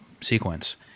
sequence